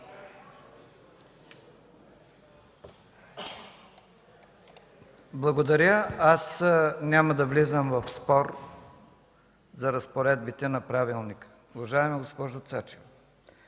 Благодаря. Аз няма да влизам в спор за разпоредбите на правилника. Уважаема госпожо Цачева,